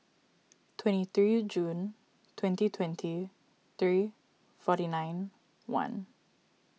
twenty three June twenty twenty three forty nine one